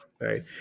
right